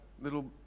little